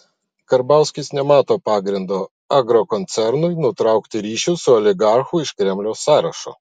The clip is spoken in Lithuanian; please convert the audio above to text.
karbauskis nemato pagrindo agrokoncernui nutraukti ryšius su oligarchu iš kremliaus sąrašo